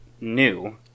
new